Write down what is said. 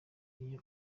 iyo